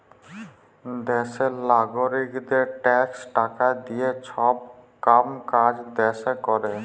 দ্যাশের লাগারিকদের ট্যাক্সের টাকা দিঁয়ে ছব কাম কাজ দ্যাশে ক্যরে